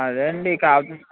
అదే అండి కాకపోతే